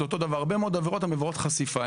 הרבה מאוד עבירות הן עבירות חשיפה,